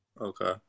Okay